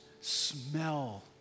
smell